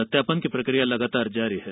सत्यापन की प्रक्रिया लगातार जारी है